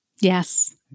Yes